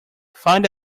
find